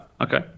okay